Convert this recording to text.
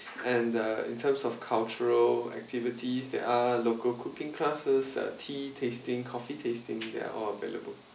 and the in terms of cultural activities there are local cooking classes uh tea tasting coffee tasting they are all available